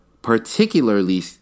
particularly